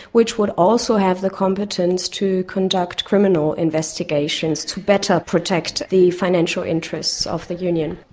which will also have the competence to conduct criminal investigations to better protect the financial interests of the union.